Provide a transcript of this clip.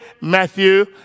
Matthew